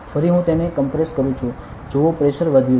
ફરી હું તેને કોમ્પ્રેસ કરું છું જુઓ પ્રેશર વધ્યું છે